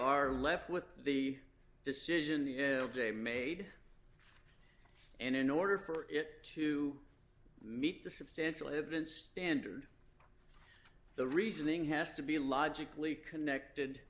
are left with the decision the day made and in order for it to meet the substantial evidence standard the reasoning has to be logically connected